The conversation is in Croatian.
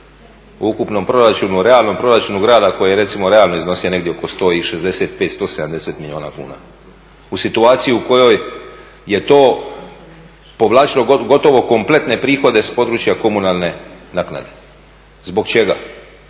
u ukupnom proračunu u realnom proračunu grada koji je realno iznosio negdje oko 165, 170 milijuna kuna. U situaciju u kojoj je to povlačilo gotovo kompletne prihode s područja komunalne naknade. Zbog čega?